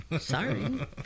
sorry